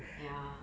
ya